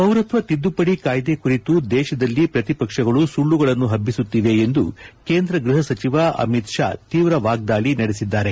ಪೌರತ್ವ ತಿದ್ದುಪಡಿ ಕಾಯ್ದೆ ಕುರಿತು ದೇಶದಲ್ಲಿ ಪ್ರತಿಪಕ್ಷಗಳು ಸುಳ್ಳುಗಳನ್ನು ಪಬ್ಬಸುತ್ತಿವೆ ಎಂದು ಕೇಂದ್ರ ಗೃಹ ಸಚಿವ ಅಮಿತ್ ಷಾ ತೀವ್ರ ವಾಗ್ದಾಳಿ ನಡೆಸಿದರು